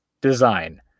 design